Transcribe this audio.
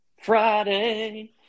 friday